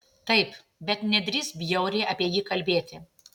taip bet nedrįsk bjauriai apie jį kalbėti